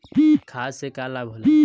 खाद्य से का लाभ होला?